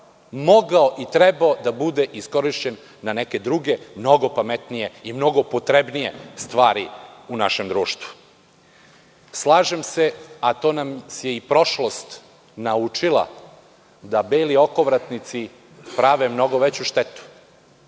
mogao i trebao da bude iskorišćen na neke druge mnogo pametnije i mnogo potrebnije stvari u našem društvu. Slažem se , a to nas je i prošlost naučila, da beli okovratnici prave mnogo veću štetu.